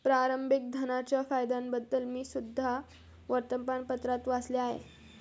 प्रारंभिक धनाच्या फायद्यांबद्दल मी सुद्धा वर्तमानपत्रात वाचले आहे